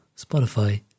Spotify